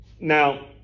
Now